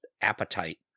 appetite